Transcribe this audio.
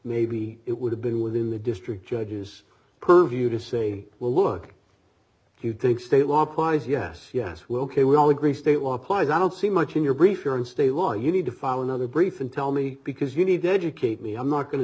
maybe it would have been within the district judges purview to say well look if you think state law applies yes yes well ok we all agree state law applies i don't see much in your brief here and state law you need to find another brief and tell me because you need to educate me i'm not going to